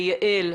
פנחסוב, ליעל,